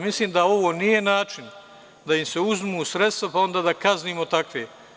Mislim da ovo nije način da im se uzmu sredstva, pa onda da kaznimo takve.